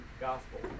gospel